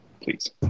please